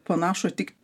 panašų tik